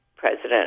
president